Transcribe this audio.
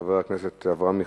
של חבר הכנסת אברהם מיכאלי: